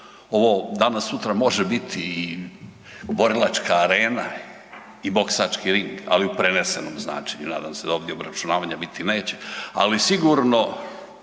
Ovo danas sutra može biti i borilačka arena i boksački ring, ali u prenesenom značenju, nadam se da ovdje obračunavanja biti neće, ali sigurno